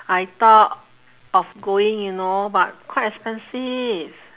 I thought of going you know but quite expensive